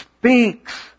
speaks